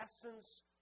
essence